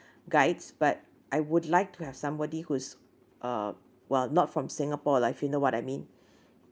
guides but I would like to have somebody who's uh well not from singapore lah if you know what I mean